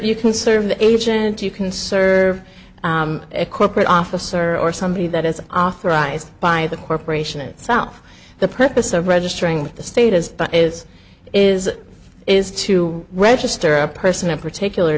you can serve the agent you can serve a corporate officer or somebody that is authorized by the corporation itself the purpose of registering with the state as is is is to register a person in particular